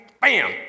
bam